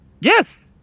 Yes